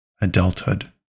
adulthood